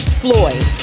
floyd